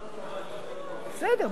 בסדר,